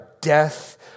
death